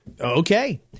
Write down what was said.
Okay